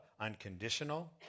unconditional